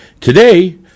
Today